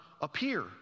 appear